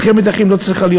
מלחמת אחים לא צריכה להיות,